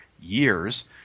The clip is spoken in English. years